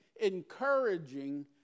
encouraging